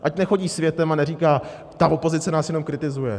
Ať nechodí světem a neříká: ta opozice nás jenom kritizuje.